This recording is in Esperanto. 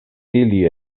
ili